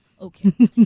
Okay